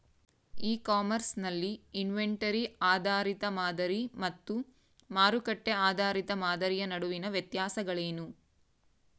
E commerce ನಲ್ಲಿ inventory ಆಧಾರಿತ ಮಾದರಿ ಮತ್ತು ಮಾರುಕಟ್ಟೆ ಆಧಾರಿತ ಮಾದರಿಯ ನಡುವಿನ ವ್ಯತ್ಯಾಸಗಳೇನು?